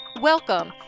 Welcome